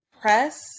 press